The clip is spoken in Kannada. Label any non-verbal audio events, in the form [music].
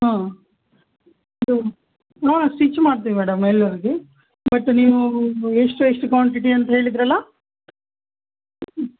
ಹಾಂ ಇದು ನೋಡೊಣ ಸ್ಟಿಚ್ ಮಾಡ್ತೀನಿ ಮೇಡಮ್ [unintelligible] ಬಟ್ ನೀವು ಎಷ್ಟು ಎಷ್ಟು ಕ್ವಾಂಟಿಟಿ ಅಂತ ಹೇಳಿದಿರಲ್ಲ ಹ್ಞೂ